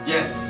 Yes